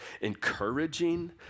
encouraging